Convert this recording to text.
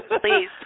Please